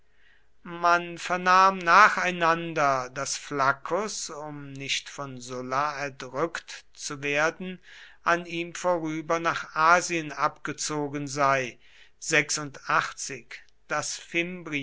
man vernahm nacheinander daß flaccus um nicht von sulla erdrückt zu werden an ihm vorüber nach asien abgezogen sei daß